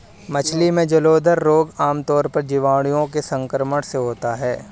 मछली में जलोदर रोग आमतौर पर जीवाणुओं के संक्रमण से होता है